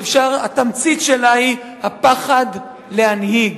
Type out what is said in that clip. שהתמצית שלה היא הפחד להנהיג,